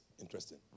interesting